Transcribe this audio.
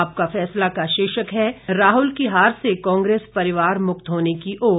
आपका फैसला का शीर्षक है राहुल की हार से कांग्रेस परिवार मुक्त होने की ओर